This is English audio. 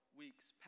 Weeks